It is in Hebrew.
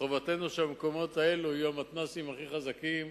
חובתנו שבמקומות האלה יהיו המתנ"סים הכי חזקים,